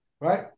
right